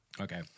Okay